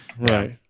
Right